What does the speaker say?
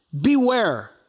Beware